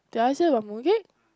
did I say got mooncake